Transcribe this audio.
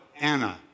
Anna